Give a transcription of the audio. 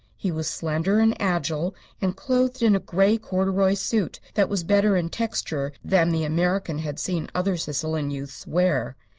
he was slender and agile, and clothed in a grey corduroy suit that was better in texture than the american had seen other sicilian youths wear.